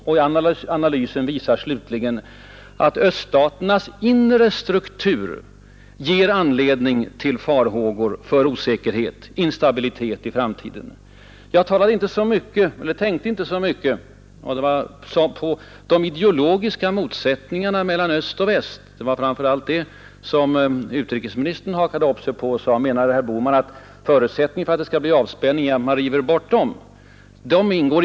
Och analyserna visar slutligen att öststaternas inre struktur ger anledning till farhågor för osäkerhet och instabilitet i framtiden. Jag tänkte inte så mycket på de ideologiska motsättningarna mellan öst och väst, men det var framför allt dem utrikesministern hakade upp sig på och frågade om jag anser att förutsättningen för avspänning är att dessa motsättningar avlägsnas.